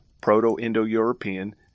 Proto-Indo-European